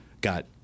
got